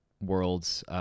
worlds